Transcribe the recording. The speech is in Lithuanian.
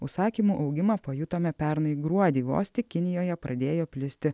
užsakymų augimą pajutome pernai gruodį vos tik kinijoje pradėjo plisti